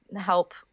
help